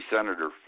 Senator